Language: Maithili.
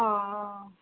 ओ